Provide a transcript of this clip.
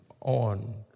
on